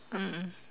mm mm